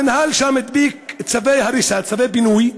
המינהל שם הדביק צווי הריסה, צווי פינוי.